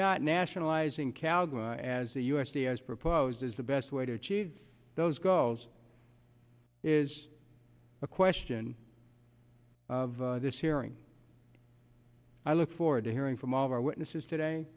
not nationalizing calgon as the u s d a has proposed is the best way to achieve those goals is a question of this hearing i look forward to hearing from all of our witnesses today